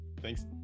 thanks